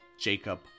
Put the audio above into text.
Jacob